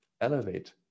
elevate